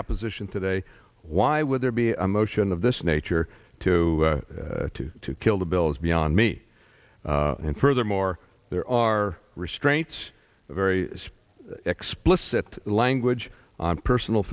opposition today why would there be a motion of this nature to to to kill the bill is beyond me and furthermore there are restraints very explicit language on personal